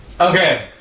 Okay